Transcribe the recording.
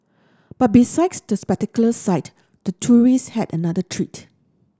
but the spectacular sight the tourist had another treat